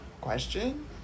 question